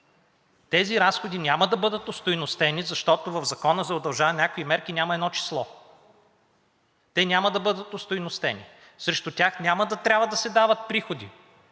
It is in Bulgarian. тези разходи няма да бъдат остойностени, защото в Закона за удължаване на някакви мерки няма едно число. Те няма да бъдат остойностени, срещу тях няма да трябва да се дават приходи,